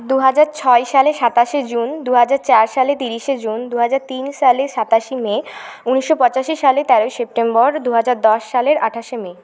দু হাজার ছয় সালে সাতাশে জুন দু হাজার চার সালে তিরিশে জুন দু হাজার তিন সালে সাতাশে মে ঊনিশশো পঁচাশি সালে তেরোই সেপ্টেম্বর দু হাজার দশ সালের আঠাশে মে